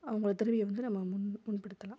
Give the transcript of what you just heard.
அவங்களோட திறமையை வந்து நம்ம முன்படுத்தலாம்